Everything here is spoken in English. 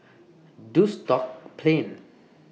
Duxton Plain